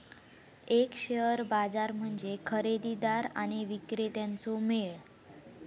एक शेअर बाजार म्हणजे खरेदीदार आणि विक्रेत्यांचो मेळ